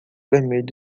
vermelho